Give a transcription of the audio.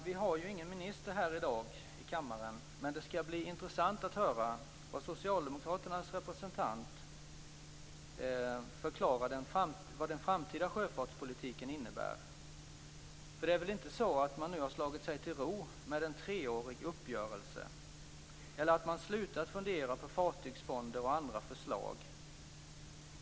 Vi har ju ingen minister här i kammaren i dag, men det skall bli intressant att få höra socialdemokraternas representant förklara hur den framtida sjöfartspolitiken kommer att se ut. För det är väl inte så att man nu slagit sig till ro med en treårig uppgörelse och slutat fundera på fartygsfonder och andra förslag?